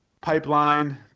Pipeline